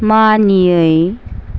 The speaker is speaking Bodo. मानियै